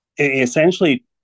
essentially